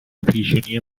پیشونی